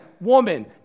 woman